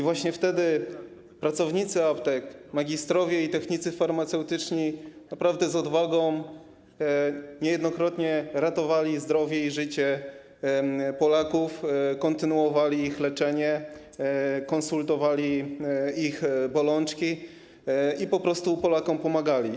Właśnie wtedy pracownicy aptek, magistrowie i technicy farmaceutyczni naprawdę z odwagą niejednokrotnie ratowali zdrowie i życie Polaków, kontynuowali ich leczenie, konsultowali ich bolączki i po prostu im pomagali.